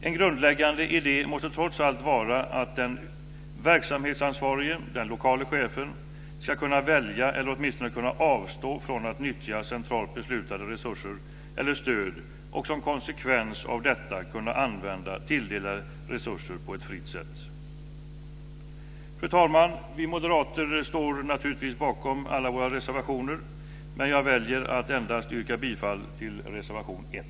En grundläggande idé måste trots allt vara att den verksamhetsansvarige, den lokale chefen, ska kunna välja eller åtminstone kunna avstå från att nyttja centralt beslutade resurser eller stöd och som konsekvens av detta kunna använda tilldelade resurser på ett fritt sätt. Fru talman! Vi moderater står naturligtvis bakom alla våra reservationer men jag väljer att endast yrka bifall till reservation 1.